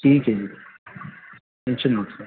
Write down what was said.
ٹھیک ہے جی مینشن نوٹ سر